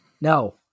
No